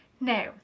Now